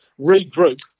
regroup